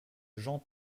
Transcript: jean